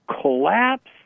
collapse